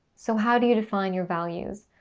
so, how do you define your values?